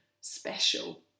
special